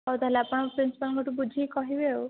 ହଉ ତା'ହେଲେ ଆପଣ ପ୍ରିନ୍ସିପାଲ୍ଙ୍କଠୁ ବୁଝିକି କହିବେ ଆଉ